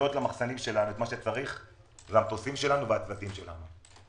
שמביאות למחסנים שלנו את מה שצריך זה המטוסים שלנו והצוותים שלנו.